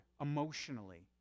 emotionally